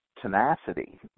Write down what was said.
tenacity